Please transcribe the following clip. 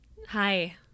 Hi